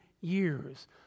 years